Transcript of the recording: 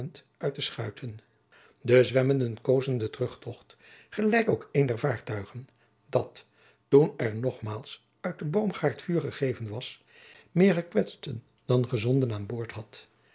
uit de schuiten de zwemmenden kozen den terugtocht gelijk ook een der vaartuigen dat toen er nogmaals uit den boomgaard vuur gegeven was meer gekwetsten dan gezonden aan boord had